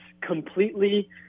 completely